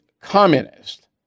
communist